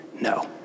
no